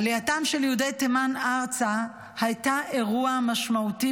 עלייתם של יהודי תימן ארצה הייתה אירוע משמעותי